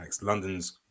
London's